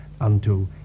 unto